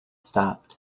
stopped